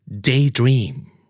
Daydream